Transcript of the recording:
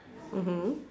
mmhmm